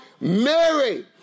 Mary